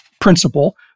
principle